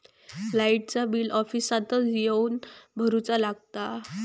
लाईटाचा बिल ऑफिसातच येवन भरुचा लागता?